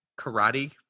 Karate